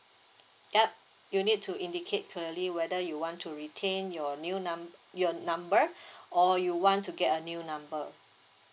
yup you need to indicate clearly whether you want to retain your new numb~ your number or you want to get a new number